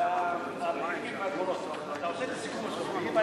אתה עושה את הסיכום הסופי,